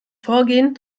vorgehen